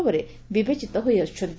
ଭାବେ ବିବେଚିତ ହୋଇଆସୁଛନ୍ତି